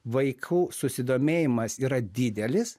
vaikų susidomėjimas yra didelis